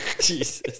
Jesus